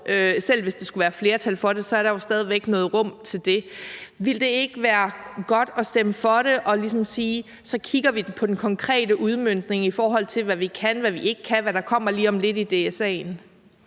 Selv hvis der skulle være flertal for det, er der jo stadig væk noget rum. Ville det ikke være godt at stemme for det og ligesom sige, at så kigger vi på den konkrete udmøntning, i forhold til hvad vi kan, hvad vi ikke kan, og hvad der kommer lige om lidt i DSA'en?